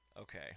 Okay